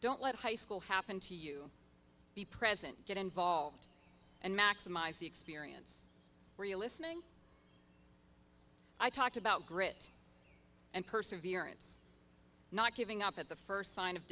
don't let high school happen to you be present get involved and maximize the experience were you listening i talked about grit and perseverance not giving up at the first sign of